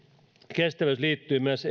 kestävyys liittyy myös